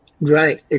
Right